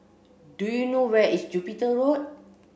do you know where is Jupiter Road